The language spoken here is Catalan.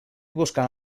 buscant